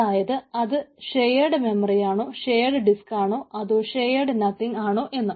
അതായത് അത് ഷെയേഡ് മെമ്മറിയാണോ ഷെയേഡ് ഡിസ്ക് ആണോ അതോ ഷെയേഡ് നത്തിംഗ് ആണോ എന്ന്